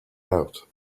out